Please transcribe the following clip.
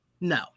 no